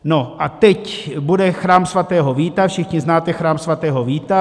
No a teď bude Chrám svatého Víta, všichni znáte Chrám svatého Víta.